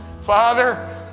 Father